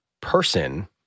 person